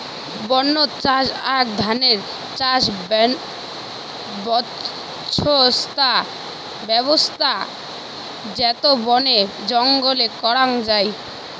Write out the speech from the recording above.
বন্য চাষ আক ধরণের চাষ ব্যবছস্থা যেটো বনে জঙ্গলে করাঙ যাই